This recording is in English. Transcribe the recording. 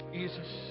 Jesus